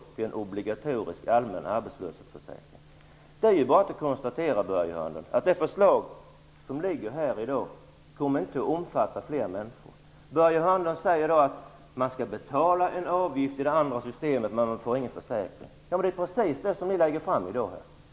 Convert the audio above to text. Det är bara att konstatera att försäkringen enligt det förslag som föreligger här i dag inte kommer att omfatta fler människor. Börje Hörnlund sade att man skall betala en avgift i det andra systemet, men man får ingen försäkring. Det är precis det ni lägger fram här i dag!